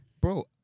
bro